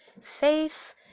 Faith